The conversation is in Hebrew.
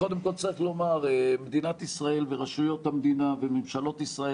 קודם כול צריך לומר מדינת ישראל ורשויות המדינה וממשלות ישראל